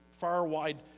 far-wide